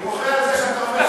אני מוחה על זה שאתה אומר,